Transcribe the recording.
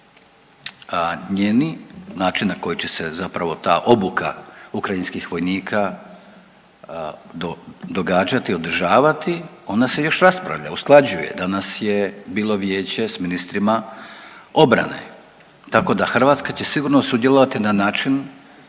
njeni, način na koji će se zapravo ta obuka ukrajinskih vojnika događati i održavati ona se još raspravlja, usklađuje. Danas je bilo vijeće s ministrima obrane, tako da Hrvatska će sigurno sudjelovati na način